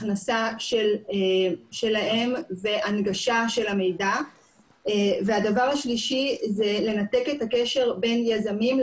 הכנסה שלהם והנגשה של המידע והדבר השלישי זה לנתק א ת הקשר בין יזמים,